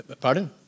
Pardon